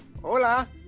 Hola